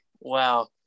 Wow